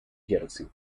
jersey